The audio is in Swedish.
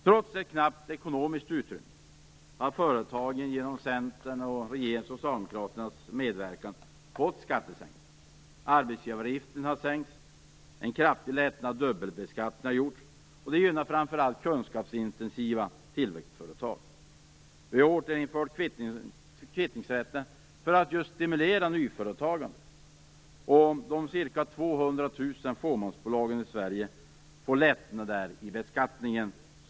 Trots ett knappt ekonomiskt utrymme har företagen genom Centerns och Socialdemokraternas medverkan fått skattesänkningar. Arbetsgivaravgifterna har sänkts. En kraftig lättnad av dubbelbeskattningen har gjorts, vilket framför allt gynnar kunskapsintensiva tillväxtföretag. Vi har återinfört kvittningsrätten för att just stimulera nyföretagande. De ca 200 000 fåmansbolagen i Sverige får skattelättnader.